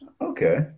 Okay